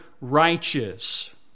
righteous